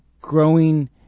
growing